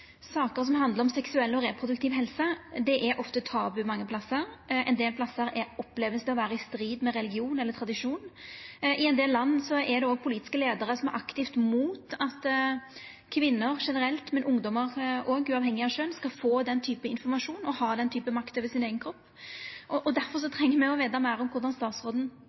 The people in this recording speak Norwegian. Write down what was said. som handlar om seksuell og reproduktiv helse, er ofte tabu mange plassar, ein del plassar vert det opplevd å vera i strid med religion eller tradisjon. I ein del land er det òg politiske leiarar som er aktivt imot at kvinner generelt, men òg ungdom, uavhengig av kjønn, skal få den typen informasjon og ha den typen makt over sin eigen kropp. Difor treng me å vita meir om korleis statsråden har tenkt å